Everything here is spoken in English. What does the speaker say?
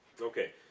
Okay